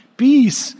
peace